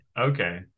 Okay